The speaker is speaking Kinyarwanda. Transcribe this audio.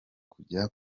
kujya